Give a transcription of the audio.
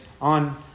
on